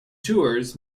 tours